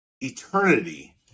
eternity